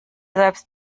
selbst